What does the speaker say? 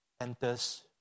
enters